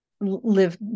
live